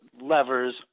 levers